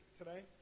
today